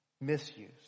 misuse